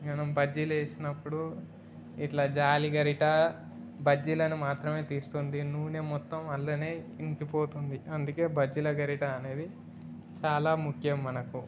మనం బజ్జీలు వేసినప్పుడు ఇలా జాలి గరిటె బజ్జీలను మాత్రమే తీస్తుంది నూనె మొత్తం అలాగే ఇంకి పోతుంది అందుకే బజ్జీల గరిట అనేది చాలా ముఖ్యం మనకు